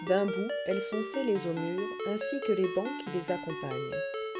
d'un bout elles sont scellées au mur ainsi que les bancs qui les accompagnent